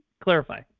Clarify